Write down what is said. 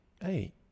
hey